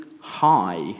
high